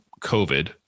COVID